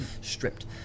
stripped